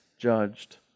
judged